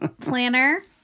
planner